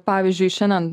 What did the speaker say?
pavyzdžiui šianen